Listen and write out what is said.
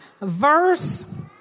verse